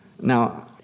Now